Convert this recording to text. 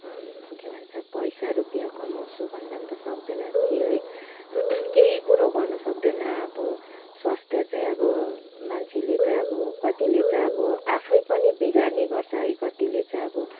के भन्छ पैसा रुपियाँ कमाउँछु भन्दा नि त सक्तैन है केही कुरो गर्न सक्तैन अब स्वास्थ्य चाहिँ अब मान्छेले चाहिँ अब कतिले चाहिँ अब आफै पनि बिगार्ने गर्छ है कतिले चाहिँ अब